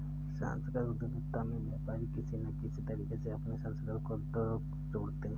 सांस्कृतिक उद्यमिता में व्यापारी किसी न किसी तरीके से अपनी संस्कृति को उद्योग से जोड़ते हैं